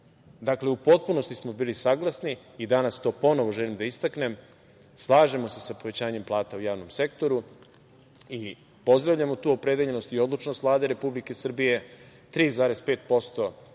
u potpunosti smo bili saglasni i danas to ponovo želim da istaknem, slažemo se sa povećanjem plata u javnom sektoru i pozdravljamo tu opredeljenost i odlučnost Vlade Republike Srbije, 3,5% početkom